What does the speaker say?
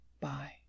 Bye